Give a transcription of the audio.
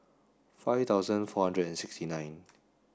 five thousand four hundred and sixty nine